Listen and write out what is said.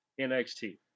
NXT